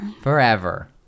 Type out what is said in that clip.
Forever